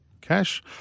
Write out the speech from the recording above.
Cash